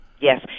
Yes